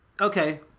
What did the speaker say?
okay